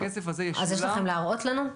הכסף הזה ישולם --- אז יש לכם להראות לנו?